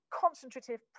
concentrative